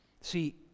See